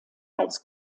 als